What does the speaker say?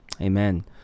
Amen